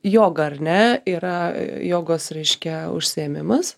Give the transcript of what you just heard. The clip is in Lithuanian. joga ar ne yra jogos reiškia užsiėmimas